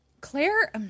Claire –